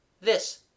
This